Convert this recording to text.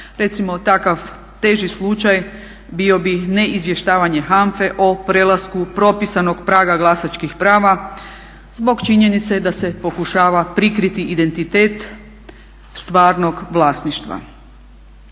Recimo takav teži slučaj bio bi neizvještavanje HANFA-e o prelasku propisanog praga glasačkih prava zbog činjenice da se pokušava prikriti identitet stvarnog vlasništva.